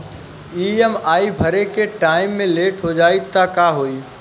EMI भरे के time मे लेट हो जायी त का होई?